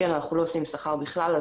אנחנו לא נותנים שכר בכלל,